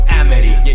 amity